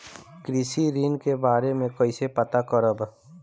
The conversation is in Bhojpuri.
कृषि ऋण के बारे मे कइसे पता करब?